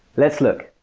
let's look.